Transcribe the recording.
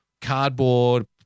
cardboard